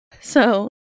So-